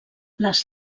les